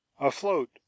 Afloat